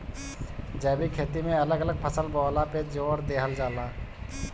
जैविक खेती में अलग अलग फसल बोअला पे जोर देहल जाला